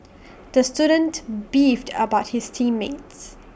the student beefed about his team mates